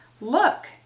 Look